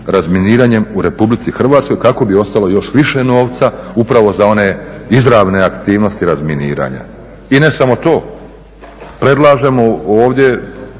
razminiranjem u Republici Hrvatskoj kako bi ostalo još više novca upravo za one izravne aktivnosti razminiranja. I ne samo to. Predlažemo ovdje